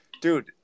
Dude